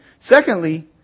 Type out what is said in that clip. Secondly